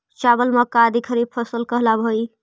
चावल, मक्का आदि खरीफ फसल कहलावऽ हइ